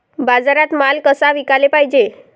बाजारात माल कसा विकाले पायजे?